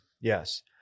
Yes